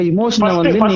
Emotional